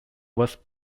was